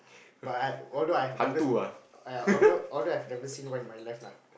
but although I have never !aiya! although although I have seen one in my life lah